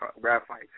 graphite